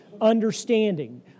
understanding